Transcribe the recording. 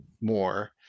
more